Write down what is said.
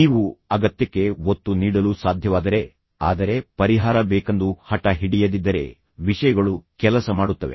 ನೀವು ಅಗತ್ಯಕ್ಕೆ ಒತ್ತು ನೀಡಲು ಸಾಧ್ಯವಾದರೆ ಆದರೆ ಪರಿಹಾರ ಬೇಕಂದು ಹಟ ಹಿಡಿಯದಿದ್ದರೇ ವಿಷಯಗಳು ಕೆಲಸ ಮಾಡುತ್ತವೆ